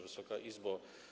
Wysoka Izbo!